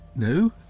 No